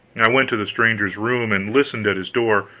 i went to the stranger's room, and listened at his door,